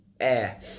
air